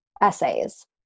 essays